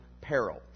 peril